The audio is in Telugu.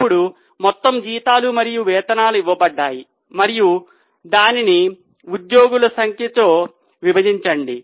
ఇప్పుడు మొత్తం జీతాలు మరియు వేతనాలు ఇవ్వబడ్డాయి మరియు దానిని ఉద్యోగుల సంఖ్యతో విభజించండి